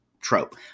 trope